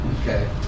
Okay